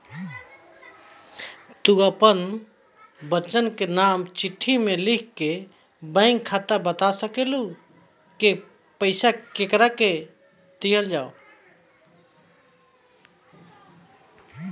तू आपन बच्चन के नाम चिट्ठी मे लिख के बैंक के बाता सकेलू, कि एकरा के पइसा दे दिहल जाव